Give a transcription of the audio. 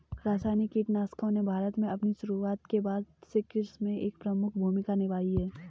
रासायनिक कीटनाशकों ने भारत में अपनी शुरूआत के बाद से कृषि में एक प्रमुख भूमिका निभाई है